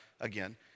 again